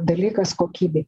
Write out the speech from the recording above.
dalykas kokybei